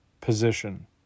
position